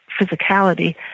physicality